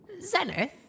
Zenith